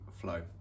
flow